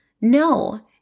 No